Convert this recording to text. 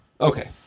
Okay